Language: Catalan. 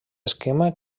esquema